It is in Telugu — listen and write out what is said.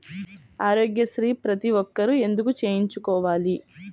ఆరోగ్యశ్రీ ప్రతి ఒక్కరూ ఎందుకు చేయించుకోవాలి?